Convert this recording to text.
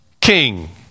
king